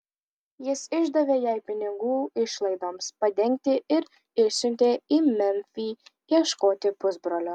jis išdavė jai pinigų išlaidoms padengti ir išsiuntė į memfį ieškoti pusbrolio